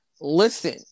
Listen